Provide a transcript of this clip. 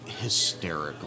hysterical